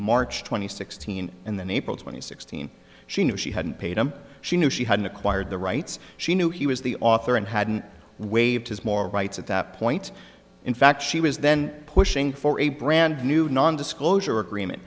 march twenty sixth in the naples when he sixteen she knew she hadn't paid him she knew she hadn't acquired the rights she knew he was the author and hadn't waived his more rights at that point in fact she was then pushing for a brand new non disclosure agreement